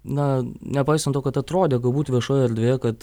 na nepaisant to kad atrodė galbūt viešoje erdvėje kad